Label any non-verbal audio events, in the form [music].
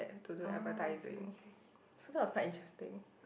have to do advertising [breath] so that was quite interesting